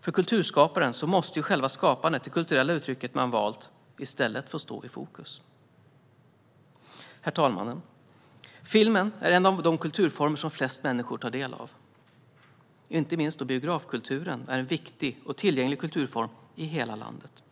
För kulturskaparen måste själva skapandet, det kulturella uttryck man valt, i stället få stå i fokus. Herr talman! Filmen är en av de kulturformer som flest människor tar del av. Inte minst biografkulturen är en viktig och tillgänglig kulturform i hela landet.